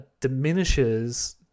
diminishes